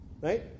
Right